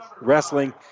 wrestling